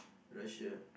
Russia